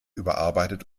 überarbeitet